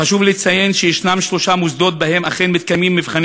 חשוב לציין שיש שלושה מוסדות שבהם מתקיימים מבחני